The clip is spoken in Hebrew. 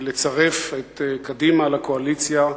לצרף את קדימה לקואליציה,